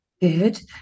good